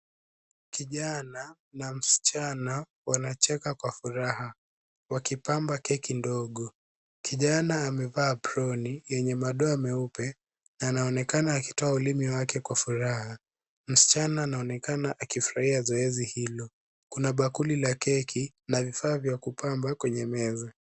Kijani na msichana wanacheka kwa furaha wakipamba keki ndogo. Kijana amevaa aproni yenye madoa meupe na anaonekana akitoa ulimi wake kwa furaha. Msichana anaonekana akifurahia zoezi hilo. Kuna bakuli la keki na vifaa vya kupamba kwenye meza.